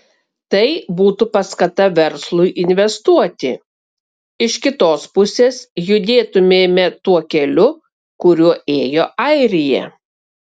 tai būtų paskata verslui investuoti iš kitos pusės judėtumėme tuo keliu kuriuo ėjo airija